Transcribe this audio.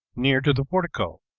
near to the portico.